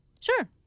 Sure